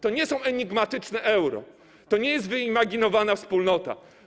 To nie są enigmatyczne euro, to nie jest wyimaginowana wspólnota.